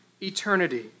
eternity